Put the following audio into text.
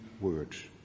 words